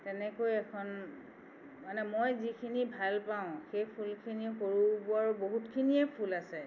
তেনেকৈ এখন মানে মই যিখিনি ভাল পাওঁ সেই ফুলখিনি সৰু বৰ বহুতখিনিয়ে ফুল আছে